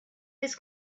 his